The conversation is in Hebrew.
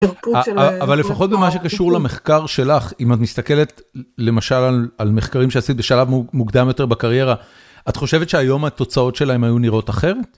אבל לפחות במה שקשור למחקר שלך אם את מסתכלת למשל על מחקרים שעשית בשלב מוקדם יותר בקריירה, את חושבת שהיום התוצאות שלהם היו נראות אחרת?